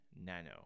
Nano